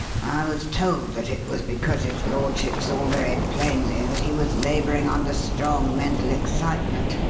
i was told that it was because his lordship saw very plainly that he was labouring under strong mental excitement,